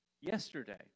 yesterday